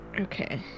Okay